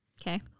okay